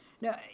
No